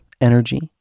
energy